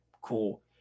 Cool